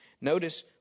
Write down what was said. Notice